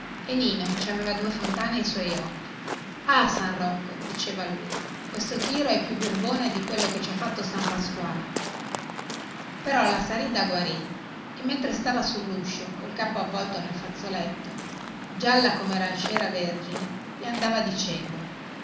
e nino ci aveva due fontane ai suoi occhi ah san rocco diceva lui questo tiro è più birbone di quello che ci ha fatto san pasquale però la saridda guarì e mentre stava sulluscio col capo avvolto nel fazzoletto gialla come la cera vergine gli andava dicendo